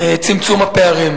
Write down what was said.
וצמצום פערים.